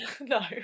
No